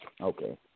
Okay